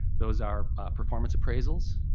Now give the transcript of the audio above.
those are performance appraisals,